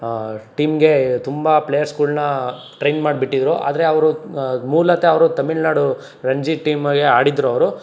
ಟೀಮ್ಗೆ ತುಂಬ ಪ್ಲೇಯರ್ಸ್ಗಳ್ನ ಟ್ರೇನ್ ಮಾಡಿಬಿಟ್ಟಿದ್ರು ಆದರೆ ಅವರು ಮೂಲತಃ ಅವರು ತಮಿಳುನಾಡು ರಣಜಿ ಟೀಮ್ಗೆ ಆಡಿದ್ದರು ಅವರು